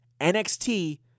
NXT